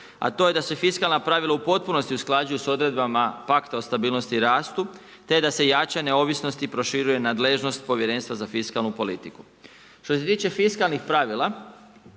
A to je da se fiskalna pravila u potpunosti usklađuju sa odredbama pakta o stabilnosti i rastu te da se jača neovisnost i proširuje nadležnost Povjerenstva za fiskalnu politiku. Što se tiče fiskalnih pravila